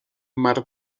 mar